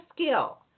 skill